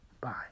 Bye